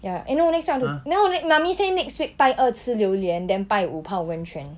ya eh no next week I want to no 妈咪 say next week 拜二吃榴莲 then 拜五泡温泉